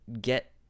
get